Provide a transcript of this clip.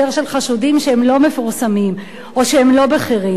חשודים שהם לא מפורסמים או שהם לא בכירים.